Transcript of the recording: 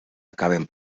acaben